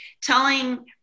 telling